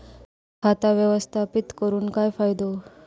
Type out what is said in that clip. खाता व्यवस्थापित करून काय फायदो?